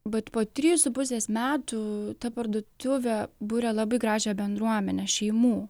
bet po trijų su pusės metų ta parduotuvė buria labai gražią bendruomenę šeimų